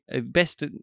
Best